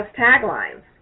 taglines